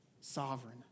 sovereign